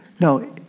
No